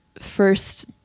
first